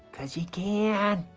because you can!